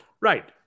Right